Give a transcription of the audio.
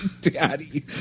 daddy